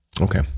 Okay